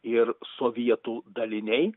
ir sovietų daliniai